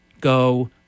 go